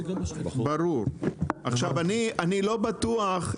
אני לא בטוח,